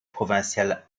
provinciale